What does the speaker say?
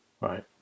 right